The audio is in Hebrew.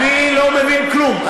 אני לא מבין כלום.